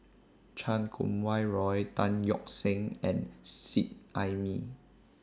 Chan Kum Wah Roy Tan Yeok Seong and Seet Ai Mee